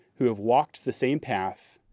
who have walked the same path,